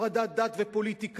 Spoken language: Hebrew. הפרדת דת ופוליטיקה,